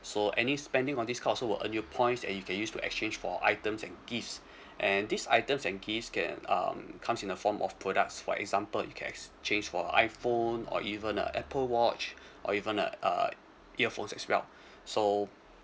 so any spending on this cards also will earn you points and you can use to exchange for items and gifts and these items and gifts can um comes in a form of products for example you can exchange for iphone or even a apple watch or even a uh earphones as well so